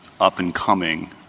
up-and-coming